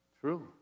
True